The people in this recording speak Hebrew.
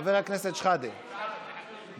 חבר הכנסת שחאדה בעד.